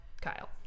Kyle